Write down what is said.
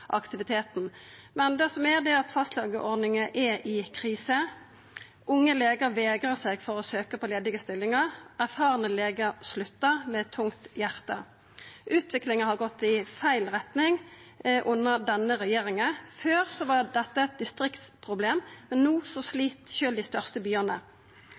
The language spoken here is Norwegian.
aktiviteten. Men det som er, er at fastlegeordninga er i krise. Unge legar vegrar seg for å søkja på ledige stillingar, erfarne legar sluttar med tungt hjarte. Utviklinga har gått i feil retning under denne regjeringa. Før var dette eit distriktsproblem, men no slit sjølv dei største byane.